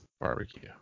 Barbecue